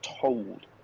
told